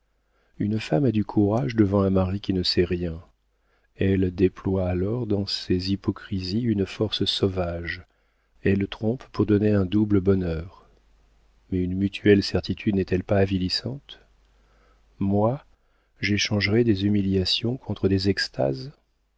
une femme a du courage devant un mari qui ne sait rien elle déploie alors dans ses hypocrisies une force sauvage elle trompe pour donner un double bonheur mais une mutuelle certitude n'est-elle pas avilissante moi j'échangerais des humiliations contre des extases